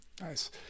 Nice